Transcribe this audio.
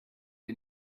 sie